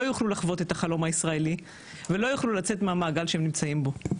לא יוכלו לחוות את החלום הישראלי ולא יוכלו לצאת מהמעגל שהם נמצאים בו,